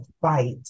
fight